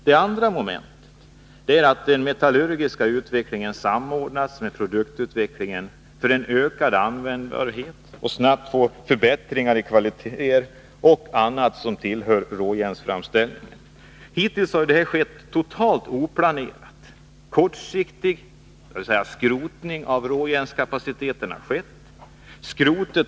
Det andra momentet är att den metallurgiska utvecklingen samordnas med produktutvecklingen för ökad användbarhet och för åstadkommande av snabba förbättringar i kvaliteter och annat som tillhör råjärnsframställningen. Hittills har detta skett totalt oplanerat och kortsiktigt. Råjärnskapaciteten har totalt vårdslösats.